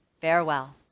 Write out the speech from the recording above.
Farewell